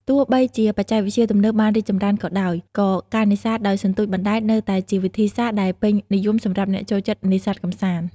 ទោះបីជាបច្ចេកវិទ្យាទំនើបបានរីកចម្រើនក៏ដោយ ក៏ការនេសាទដោយសន្ទូចបណ្ដែតនៅតែជាវិធីសាស្ត្រដែលពេញនិយមសម្រាប់អ្នកចូលចិត្តនេសាទកម្សាន្ត។